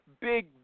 big